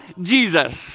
Jesus